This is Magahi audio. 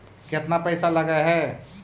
केतना पैसा लगय है?